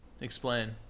Explain